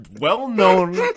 well-known